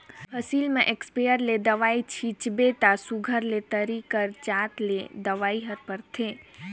फसिल में इस्पेयर ले दवई छींचबे ता सुग्घर ले तरी कर जात ले दवई हर परथे